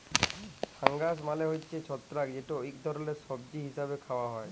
fungus মালে হছে ছত্রাক যেট ইক ধরলের সবজি হিসাবে খাউয়া হ্যয়